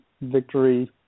victory